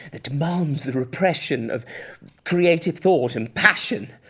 that demands the repression of creative thought and passion.